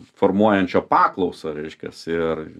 formuojančio paklausą reiškiasi ir